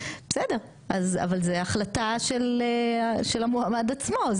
בסדר אבל זה החלטה של המועמד עצמו,